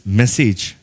message